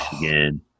Michigan